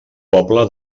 poble